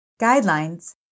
Guidelines